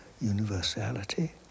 universality